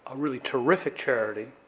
ah really terrific charity,